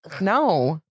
No